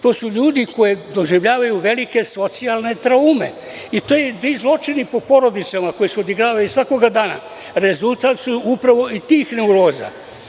To su ljudi koji doživljavaju velike socijalne traume i ti zločini po porodicama koji se odigravaju svakoga dana, rezultat su upravo i tih neuroza.